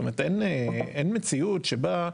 זאת אומרת, אין מציאות שבה,